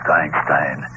Einstein